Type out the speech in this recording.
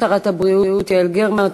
שרת הבריאות יעל גרמן,